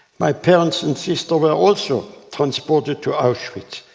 my parents and sister were also transported to auschwitz,